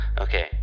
Okay